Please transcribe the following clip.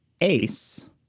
ACE